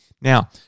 Now